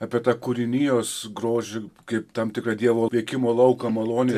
apie tą kūrinijos grožį kaip tam tikrą dievo veikimo lauką malonės